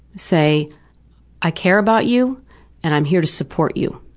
say i care about you and i'm here to support you.